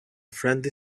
friendly